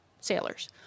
sailors